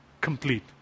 complete